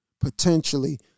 potentially